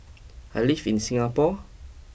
I live in Singapore